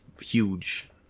huge